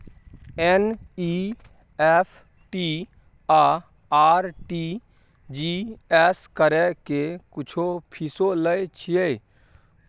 NEFT आ RTGS करै के कुछो फीसो लय छियै?